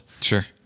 Sure